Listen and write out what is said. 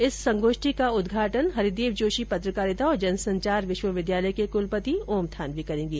इस राष्ट्रीय संगोष्ठी का उद्घाटन हरिदेव जोशी पत्रकारिता और जनसंचार विश्वविद्यालय के कुलपति ओम थानवी करेंगे